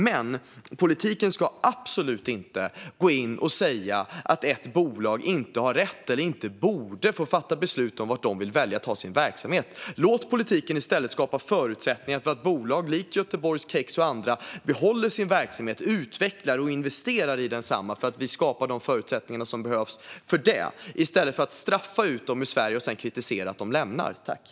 Men politiken ska absolut inte gå in och säga att ett bolag inte har rätt att eller inte borde få fatta beslut om var de väljer att ha sin verksamhet. Låt politiken i stället skapa förutsättningar för att bolag likt Göteborgs Kex och andra behåller sin verksamhet och utvecklar och investerar i densamma för att vi skapar de förutsättningar som behövs för det! Låt oss göra det i stället för att straffa ut dem ur Sverige och sedan kritisera att de lämnar landet!